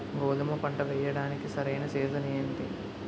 గోధుమపంట వేయడానికి సరైన సీజన్ ఏంటి?